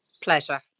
Pleasure